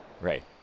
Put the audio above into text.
Right